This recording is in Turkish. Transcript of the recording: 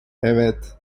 evet